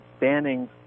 banning